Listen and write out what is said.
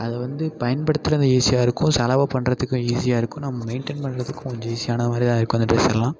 அது வந்து பயன்படுத்துறது ஈஸியாக இருக்கும் செலவு பண்ணுறதுக்கும் ஈஸியாக இருக்கும் நம்ம மெயின்டென் பண்ணுறதுக்கும் கொஞ்சம் ஈஸியான மாதிரி தான் இருக்கும் அந்த ட்ரெஸ் எல்லாம்